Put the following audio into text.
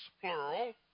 plural